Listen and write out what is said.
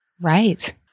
Right